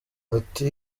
ati